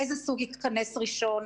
איזה סוג יכנס ראשון,